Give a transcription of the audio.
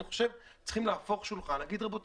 אני חושב שצריכים להפוך שולחן ולנסות